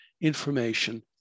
information